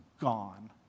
gone